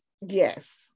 yes